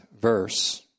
verse